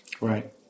Right